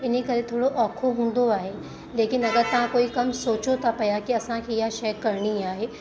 इन्ही करे थोरो ओखो हूंदो आहे लेकिन अगरि तव्हां कोई कमु सोचो था पिया की असांखे इहा शइ करिणी आहे